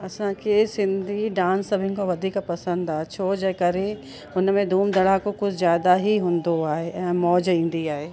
असांखे सिंधी डांस सभिन खां वधीक पसंदि आहे छो जे करे हुन में धूम धड़ाको कुझु ज़्यादा ई हूंदो आहे ऐं मौज ईंदी आहे